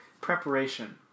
preparation